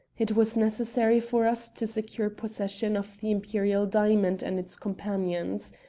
it was necessary for us to secure possession of the imperial diamond and its companions.